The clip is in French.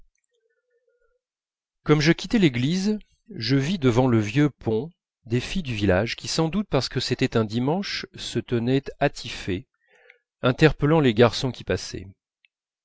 comme je quittais l'église je vis devant le vieux pont des filles du village qui sans doute parce que c'était un dimanche se tenaient attifées interpellant les garçons qui passaient